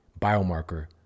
biomarker